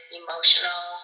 emotional